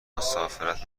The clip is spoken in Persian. مسافرت